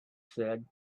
said